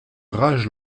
rage